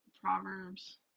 Proverbs